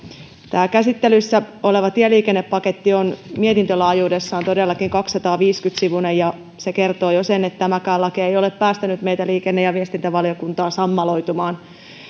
tämä käsittelyssä oleva tieliikennepaketti on mietintölaajuudessaan todellakin kaksisataaviisikymmentä sivuinen ja jo se kertoo sen että tämäkään laki ei ole päästänyt meitä liikenne ja viestintävaliokuntaa sammaloitumaan